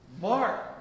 Mark